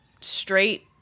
straight